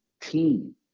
team